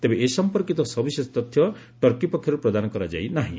ତେବେ ଏ ସମ୍ପର୍କିତ ସବିଶେଷ ତଥ୍ୟ ଟର୍କି ପକ୍ଷରୁ ପ୍ରଦାନ କରାଯାଇ ନାହିଁ